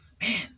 man